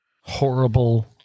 Horrible